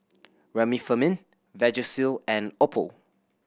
Remifemin Vagisil and Oppo